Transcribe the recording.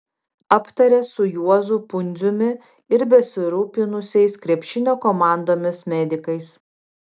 aptarė su juozu pundziumi ir besirūpinusiais krepšinio komandomis medikais